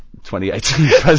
2018